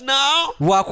now